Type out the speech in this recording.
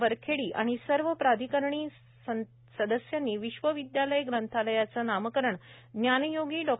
वरखेडी आणि सर्व प्राधिकारिणी सदस्यांनी विश्वविदयालय ग्रंथालयाचे नामकरण ज्ञानयोगी डॉ